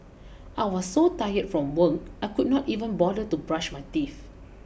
I was so tired from work I could not even bother to brush my teeth